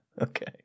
Okay